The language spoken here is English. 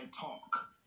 talk